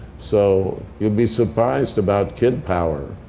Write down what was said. so you'd be surprised about kid power.